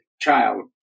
child